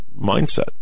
mindset